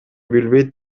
билбейт